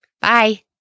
Bye